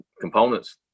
components